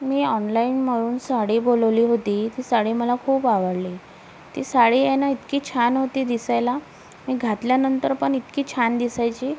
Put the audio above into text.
मी online म्हणून साडी बोलवली होती ती साडी मला खूप आवडली ती साडी आहे ना इतकी छान होती दिसायला मी घातल्यानंतर पण इतकी छान दिसायची